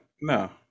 no